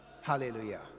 Hallelujah